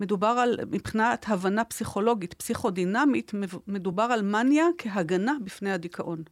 מדובר על, מבחינת הבנה פסיכולוגית, פסיכודינמית, מבו.. מדובר על מניה כהגנה בפני הדיכאון.